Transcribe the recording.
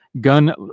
gun